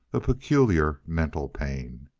a peculiar mental pain.